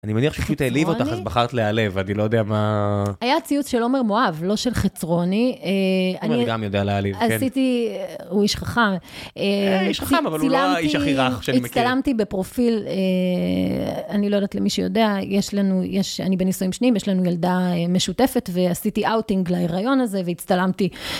אני מניח שפשוט העליב אותך, אז בחרת להעלב, אני לא יודע מה... היה ציוץ של עומר מואב, לא של חצרוני. עומר גם יודע להעליב, כן. עשיתי, הוא איש חכם. איש חכם, אבל הוא לא האיש הכי רך שאני מכיר. הצטלמתי בפרופיל, אני לא יודעת למי שיודע, יש לנו, יש, אני בניסויים שניים, יש לנו ילדה משותפת, ועשיתי אאוטינג להיריון הזה, והצטלמתי.